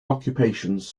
occupations